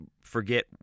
forget